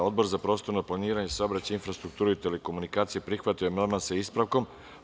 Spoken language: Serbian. Odbor za prostorno planiranje, saobraćaj, infrastrukturu i telekomunikacije prihvatio je amandman sa ispravkom.